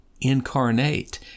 incarnate